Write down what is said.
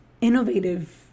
innovative